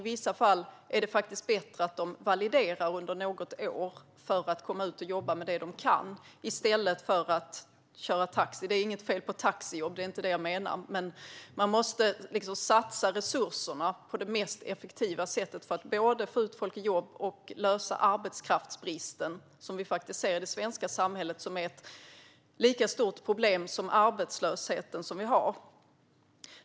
I vissa fall är det dock bättre att de validerar under något år för att sedan komma ut och jobba med det som de kan, i stället för att köra taxi. Det är inget fel på att vara taxichaufför, det är inte det jag menar, men man måste satsa resurserna på det mest effektiva sättet för att både få ut folk i jobb och lösa det problem med arbetskraftsbrist som vi ser i det svenska samhället och som är ett lika stort problem som den arbetslöshet vi har.